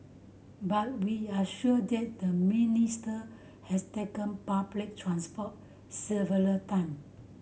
but we are sure that the Minister has taken public transport several time